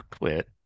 quit